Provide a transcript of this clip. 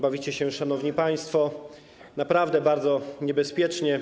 Bawicie się, szanowni państwo, naprawdę bardzo niebezpiecznie.